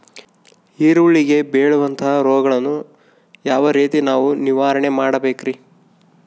ಈರುಳ್ಳಿಗೆ ಬೇಳುವಂತಹ ರೋಗಗಳನ್ನು ಯಾವ ರೇತಿ ನಾವು ನಿವಾರಣೆ ಮಾಡಬೇಕ್ರಿ?